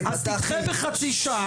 אז תדחה בחצי שעה,